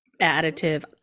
additive